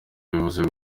bivuze